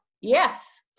Yes